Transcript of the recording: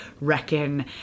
reckon